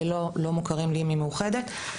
לא מוכרים לי ממאוחדת.